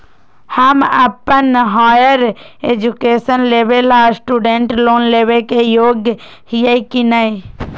हम अप्पन higher education लेबे ला स्टूडेंट लोन लेबे के योग्य हियै की नय?